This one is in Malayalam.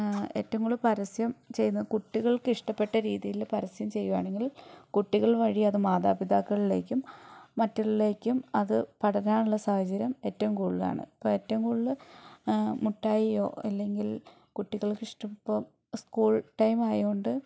ഏറ്റവും കൂടുതൽ പരസ്യം ചെയ്യുന്നത് കുട്ടികൾക്കിഷ്ട്ടപ്പെട്ട രീതിയിൽ പരസ്യം ചെയ്യുവാണെങ്കിൽ കുട്ടികൾ വഴി അത് മാതാപിതാക്കളിലേക്കും മറ്റുള്ളവരിലേക്കും അത് പടരാനുള്ള സാഹചര്യം ഏറ്റവും കൂടുതൽ ആണ് ഇപ്പോൾ ഏറ്റവും കൂടുതൽ മിഠായിയോ അല്ലങ്കിൽ കുട്ടികൾക്കിഷ്ടം ഇപ്പൊ സ്കൂൾ ടൈം ആയത് കൊണ്ട്